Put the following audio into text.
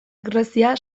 grezia